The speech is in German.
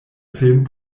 film